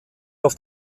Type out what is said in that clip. auf